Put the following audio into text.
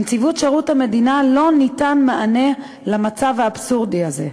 בנציבות שירות המדינה לא ניתן מענה למצב האבסורדי הזה.